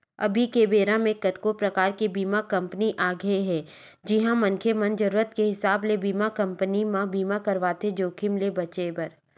अभी के बेरा कतको परकार के बीमा कंपनी आगे हे जिहां मनखे मन जरुरत के हिसाब ले बीमा कंपनी म बीमा करवाथे जोखिम ले बचें बर